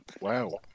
Wow